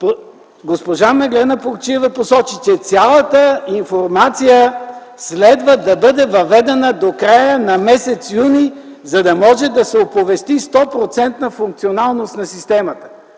„Госпожа Меглена Плугчиева посочи, че цялата информация следва да бъде въведена до края на м. юни, за да може да се оповести 100-процентна функционалност на системата”.